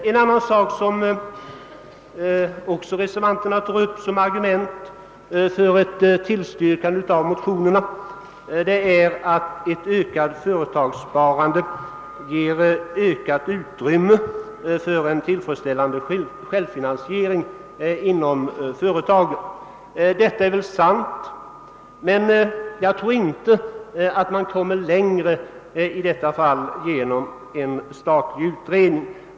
En annan sak som reservanterna också tar upp som argument för ett tillstyrkande av motionerna är att ett ökat företagssparande ger ökat utrymme för en tillfredsställande självfinansiering inom företagen. Detta är väl sant. Men jag tror inte att man kommer längre i detta fall genom en statlig utredning.